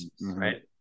right